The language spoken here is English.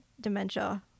dementia